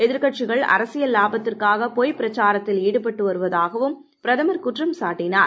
ஏதிர்க்கட்சிகள் அரசியல் லாபத்திற்காக பொய் பிரச்சாரத்தில் ஈடுபட்டு வருவதாகவும் பிரதமர் குற்றம்சாட்டினார்